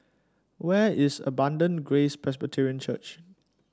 where is Abundant Grace Presbyterian Church